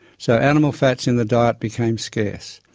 so animal fats in the diet became scarce.